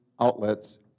outlets